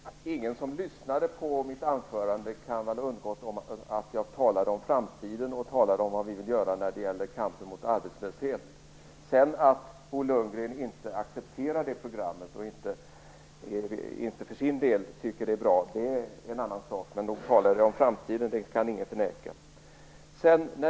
Fru talman! Ingen som lyssnade på mitt anförande kan väl ha undgått att höra att jag talade om framtiden och vad vi vill göra i kampen mot arbetslöshet. Att Bo Lundgren för sin del inte accepterar programmet eller tycker att det är bra är en annan sak. Nog talar vi om framtiden - det kan ingen förneka.